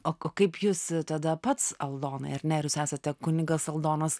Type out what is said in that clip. o kaip jūs tada pats aldonai ar ne jūs esate kunigas aldonas